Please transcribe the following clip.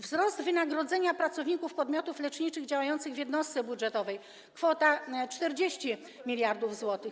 Wzrost wynagrodzenia pracowników podmiotów leczniczych działających w jednostce budżetowej - kwota 40 mld zł.